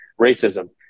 racism